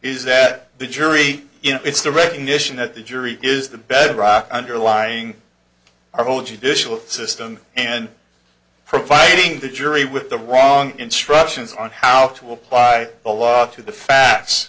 is that the jury it's the recognition that the jury is the bedrock underlying our whole g digital system and profiling the jury with the wrong instructions on how to apply the law to the facts